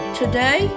today